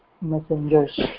Messengers